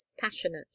passionate